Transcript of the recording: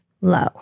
low